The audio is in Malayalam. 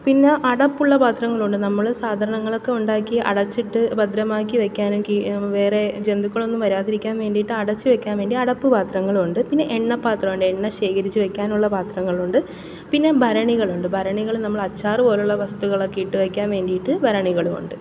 പിന്നെ അടപ്പുള്ള പാത്രങ്ങളുണ്ട് നമ്മള് സാധാനങ്ങളൊക്കെ ഉണ്ടാക്കി അടച്ചിട്ട് ഭദ്രമാക്കി വയ്ക്കാനും വേറെ ജന്തുക്കളൊന്നും വരാതിരിക്കാൻ വേണ്ടിയിട്ട് അടച്ചുവയ്ക്കാൻ വേണ്ടി അടപ്പുപാത്രങ്ങളുണ്ട് പിന്നെ എണ്ണപാത്രമുണ്ട് എണ്ണ ശേഖരിച്ച് വയ്ക്കാനുള്ള പാത്രങ്ങളുണ്ട് പിന്നെ ഭരണികളുണ്ട് ഭരണികള് നമ്മള് അച്ചാറുപോലുള്ള വസ്തുക്കളൊക്കെ ഇട്ടുവയ്ക്കാൻ വേണ്ടിയിട്ട് ഭരണികളും ഉണ്ട്